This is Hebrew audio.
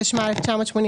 התשמ"ה 1985,